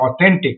authentic